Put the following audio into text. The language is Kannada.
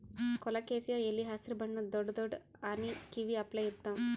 ಕೊಲೊಕೆಸಿಯಾ ಎಲಿ ಹಸ್ರ್ ಬಣ್ಣದ್ ದೊಡ್ಡ್ ದೊಡ್ಡ್ ಆನಿ ಕಿವಿ ಅಪ್ಲೆ ಇರ್ತವ್